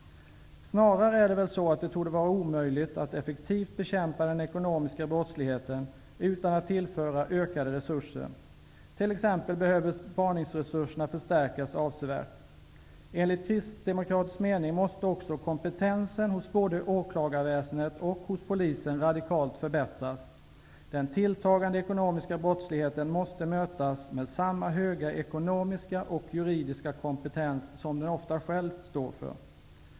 Snarare är det väl så att det torde vara omöjligt att effektivt bekämpa den ekonomiska brottsligheten utan att tillföra ökade resurser. T.ex. behöver spaningsresurserna förstärkas avsevärt. Enligt kristdemokratisk mening måste också kompetensen hos både åklagarväsendet och polisen radikalt förbättras. Den tilltagande ekonomiska brottsligheten måste mötas med samma höga ekonomiska och juridiska kompetens som den ofta själv står för.